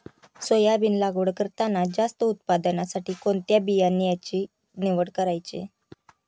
Soybean लागवड करताना जास्त उत्पादनासाठी कोणत्या बियाण्याची निवड करायची?